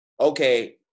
Okay